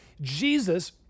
Jesus